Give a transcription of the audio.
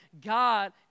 God